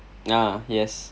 ah yes